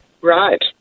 Right